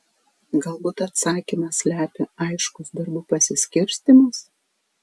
galbūt atsakymą slepia aiškus darbų pasiskirstymas